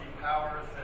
powers